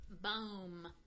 Boom